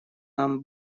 нам